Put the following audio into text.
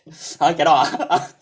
!huh! cannot ah ah